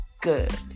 good